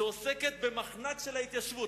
שעוסקת במחנק ההתיישבות?